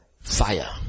fire